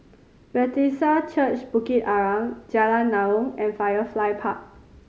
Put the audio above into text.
Bethesda Church Bukit Arang Jalan Naung and Firefly Park